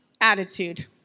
attitude